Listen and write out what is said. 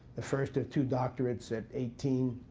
the first of two doctorates at eighteen.